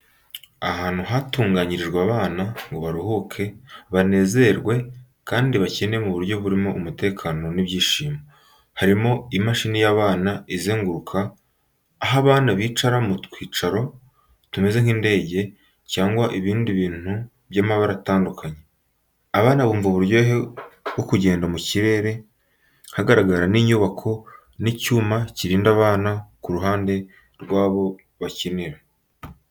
Ahantu hatunganyirijwe abana ngo baruhuke, banezerwe kandi bakine mu buryo burimo umutekano n'ibyishimo. Hariho imashini y'abana izenguruka, aho abana bicara mu twicaro tumeze nk’indege cyangwa ibindi bintu by’amabara atandukanye. Abana bumva uburyohe bwo kugenda mu kirere, hagaragara n’inyubako n’icyuma kirinda abana ku ruhande rw’aho bakinira.